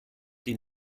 den